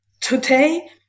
Today